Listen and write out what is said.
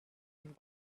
and